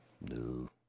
No